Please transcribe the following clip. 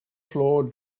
floor